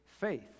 faith